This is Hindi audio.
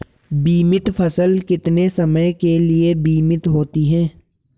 बीमित फसल कितने समय के लिए बीमित होती है?